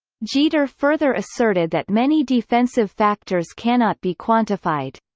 jeter further asserted that many defensive factors cannot be quantified.